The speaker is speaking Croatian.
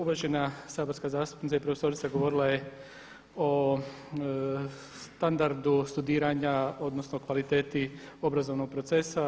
Uvažena saborska zastupnica i profesorica govorila je o standardu studiranja, odnosno kvaliteti obrazovnog procesa.